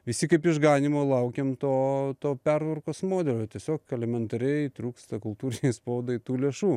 visi kaip išganymo laukėm to to pertvarkos modelio tiesiog elementariai trūksta kultūrinei spaudai tų lėšų